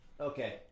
Okay